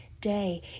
day